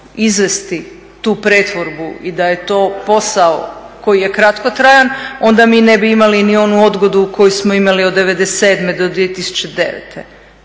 izvesti tu pretvorbu i da je to posao koji je kratkotrajan, onda mi ne bi imali ni onu odgodu koju smo imali od '97. do